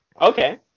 Okay